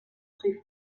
sui